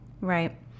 Right